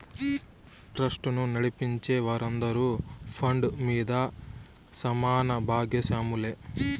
ట్రస్టును నడిపించే వారందరూ ఫండ్ మీద సమాన బాగస్వాములే